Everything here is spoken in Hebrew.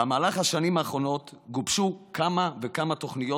במהלך השנים האחרונות גובשו כמה וכמה תוכניות